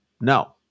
No